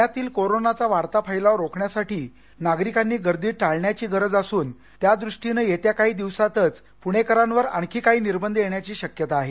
पुण्यातील कोरोनाचा वाढता फैलाव रोखण्यासाठी नागरिकांनी गर्दी टाळण्याची गरज असून त्यादृष्टीनं येत्या काही दिवसांतच पुणेकरांवर आणखी काही निर्बंध येण्याची शक्यता आहे